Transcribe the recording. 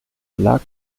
lag